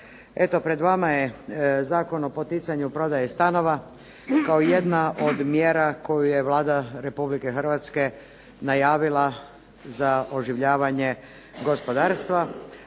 Pred vama je Zakon o poticanju prodaje stanova kao jedna od mjera koju je Vlada Republike Hrvatske najavila za oživljavanje gospodarstva